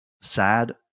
sad